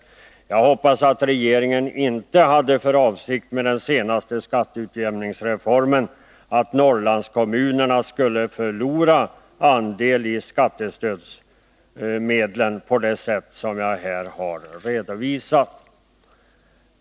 Jag hoppas att det inte var regeringens avsikt med den senaste skatteutjämningsreformen att Norrlandskommunerna skulle förlora sin andel av skattestödsmedlen på det sätt som jag här har redovisat.